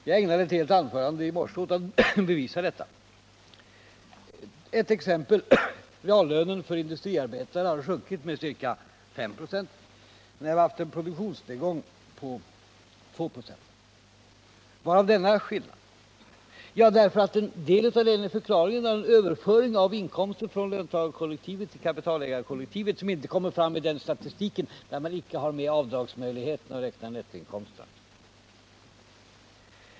Herr talman! Jag ägnade ett helt anförande i morse åt att bevisa detta. Ett exempel: reallönen för industriarbetare har sjunkit med ca 5 96 samtidigt som vi haft en produktionsnedgång på 2 96. Hur har denna skillnad uppkommit? En del av förklaringen är en överföring av inkomster från löntagarkollektivet till kapitalägarkollektivet, vilken inte kommer fram i den statistik där man har tagit med avdragsmöjligheterna och räknar med nettoinkomsterna.